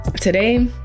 today